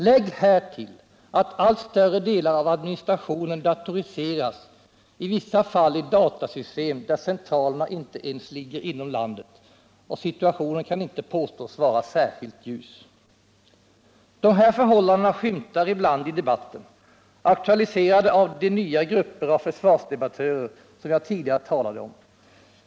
Lägg därtill att allt större delar av administrationen datoriseras, i vissa fall i datasystem där centralerna inte ens ligger inom landet, och situationen kan inte påstås vara särskilt ljus. De här förhållandena skymtar ibland fram i debatten, aktualiserade av de nya grupper av försvarsdebattörer som jag tidigare talade om.